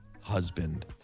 husband